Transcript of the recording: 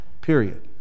period